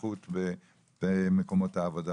לבטיחות במקומות העבודה